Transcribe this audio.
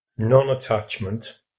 non-attachment